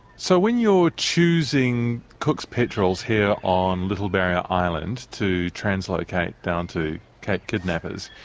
so when you are choosing cook's petrels here on little barrier island to translocate down to cape kidnappers,